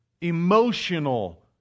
emotional